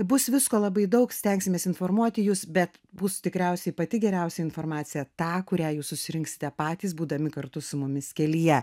bus visko labai daug stengsimės informuoti jus bet bus tikriausiai pati geriausia informacija tą kurią jūs susirinksite patys būdami kartu su mumis kelyje